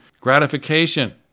gratification